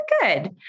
good